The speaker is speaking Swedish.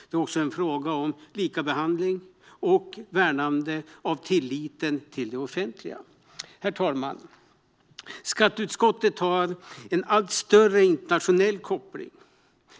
Det är också en fråga om likabehandling och värnande av tilliten till det offentliga. Herr talman! Skatteutskottet har en allt större internationell koppling.